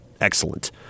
excellent